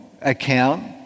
account